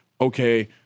okay